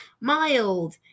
mild